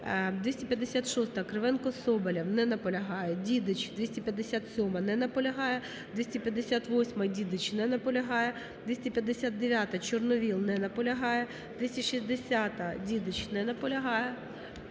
256-а, Кривенко, Соболєв. Не наполягають. Дідич, 257-а. Не наполягає. 258-а, Дідич. Не наполягає. 259-а, Чорновол. Не наполягає. 260-а, Дідич. Не наполягає.